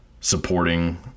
supporting